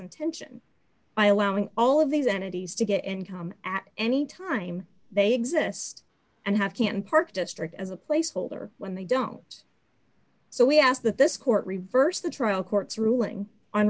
intention by allowing all of these entities to get income at any time they exist and have can park district as a placeholder when they don't so we ask that this court reversed the trial court's ruling on